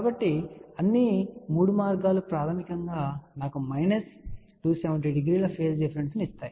కాబట్టి అన్ని 3 మార్గాలు ప్రాథమికంగా నాకు మైనస్ 270 డిగ్రీల ఫేజ్ డిఫరెన్స్ ను ఇస్తాయి